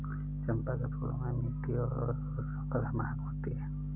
चंपा के फूलों में मीठी और सुखद महक होती है